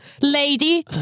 lady